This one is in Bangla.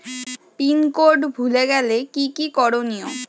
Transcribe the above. পিন কোড ভুলে গেলে কি কি করনিয়?